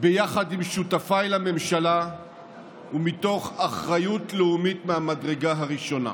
ביחד עם שותפיי לממשלה ומתוך אחריות לאומית מהמדרגה הראשונה,